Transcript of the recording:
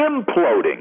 imploding